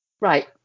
right